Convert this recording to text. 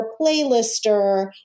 playlister